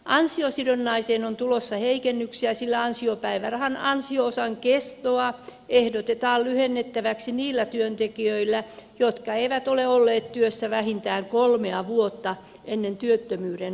ansiosidonnaiseen on tulossa heikennyksiä sillä ansiopäivärahan ansio osan kestoa ehdotetaan lyhennettäväksi niillä työntekijöillä jotka eivät ole olleet työssä vähintään kolmea vuotta ennen työttömyyden alkua